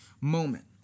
moment